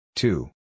Two